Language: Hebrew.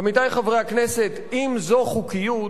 עמיתי חברי הכנסת, אם זו חוקיות,